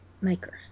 maker